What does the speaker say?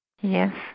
Yes